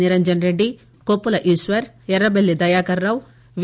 Niranjan Reddy Koppula Eshwar Errabelli Dayakar Rao వి